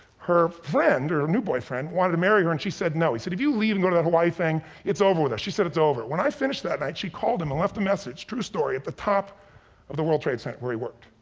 her friend, her new boyfriend, wanted to marry her and she said no. he said, if you leave and go to that hawaii thing it's over with us. she said it's over. when i finished that night, she called him and left a message, true story, at the top of the world trade center where he worked,